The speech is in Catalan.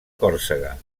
còrsega